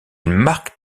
marque